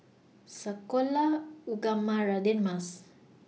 Sekolah Ugama Radin Mas